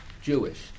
Jewish